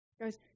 Guys